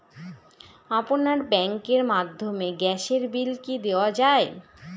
আপনার ব্যাংকের মাধ্যমে গ্যাসের বিল কি দেওয়া য়ায়?